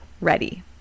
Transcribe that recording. ready